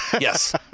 Yes